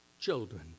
children